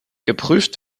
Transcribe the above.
geprüft